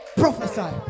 prophesy